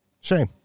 Shame